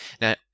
Now